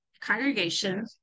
congregation